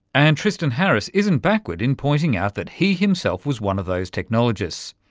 and tristan harris isn't backward in pointing out that he himself was one of those technologists.